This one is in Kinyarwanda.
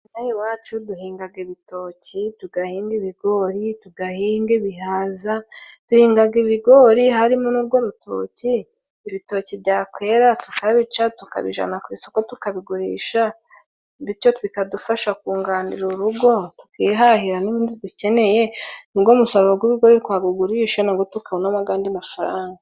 Inaha iwacu duhingaga ibitoki tugahinga ibigori tugahinga ibihaza duhingaga ibigori harimo nurwo rutoki ibitoki byakwera tukabica tukabijana ku isoko tukabigurisha bityo bikadufasha kunganira urugo twihahira n'ibindi dukeneye nugwo musaruro twakugurisha nago tukabonamo agandi mafaranga.